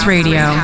Radio